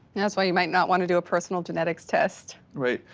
that's why you might not wanna do a personal genetics test, right?